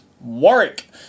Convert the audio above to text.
Warwick